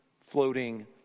floating